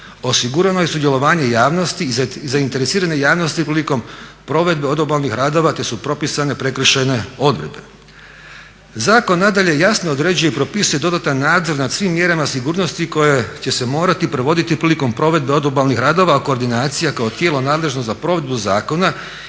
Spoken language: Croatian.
osigurano je sudjelovanje javnosti i zainteresirane javnosti prilikom provedbe odobalnih radova te su propisane prekršajne odredbe. Zakon nadalje jasno određuje i propisuje dodatan nadzor nad svim mjerama sigurnosti koje će se morati provoditi prilikom provedbe odobalnih radova a koordinacija kao tijelo nadležno za provedbu zakona